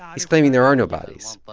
he's claiming there are no bodies.